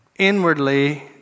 Inwardly